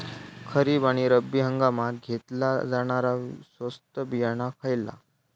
खरीप आणि रब्बी हंगामात घेतला जाणारा स्वस्त बियाणा खयला?